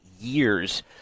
years